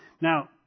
Now